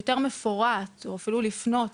יותר מפורט או אפילו לפנות